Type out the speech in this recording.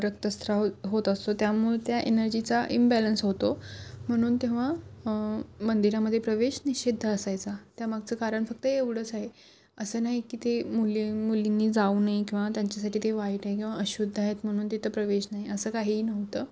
रक्तस्त्राव होत असतो त्यामुळे त्या एनर्जीचा इमबॅलन्स होतो म्हणून तेव्हा मंदिरामध्ये प्रवेश निषिद्ध असायचा त्या मागचं कारण फक्त एवढंच आहे असं नाही की ते मुली मुलींनी जाऊ नये किंवा त्यांच्यासाठी ते वाईट आहे किंवा अशुद्ध आहेत म्हणून तिथं प्रवेश नाही असं काही नव्हतं